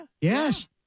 yes